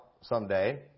someday